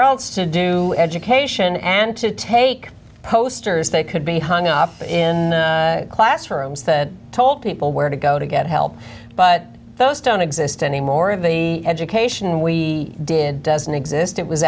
else to do education and to take posters they could be hung up in classrooms that told people where to go to get help but those don't exist anymore and the education we did doesn't exist it was